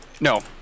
No